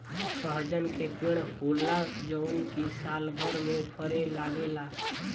सहजन के पेड़ होला जवन की सालभर में फरे लागेला